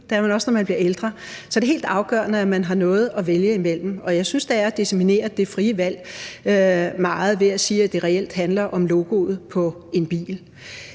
livet, og også, når de bliver ældre – at man har noget at vælge imellem. Jeg synes, det er at decimere det frie valg meget, når man siger, at det reelt handler om logoet på en bil.